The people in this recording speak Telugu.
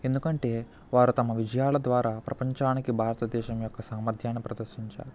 ఎందుకంటే వారు తమ విజయాల ద్వారా ప్రపంచానికి భారతదేశం యొక్క సామర్ధ్యాన్ని ప్రదర్శించారు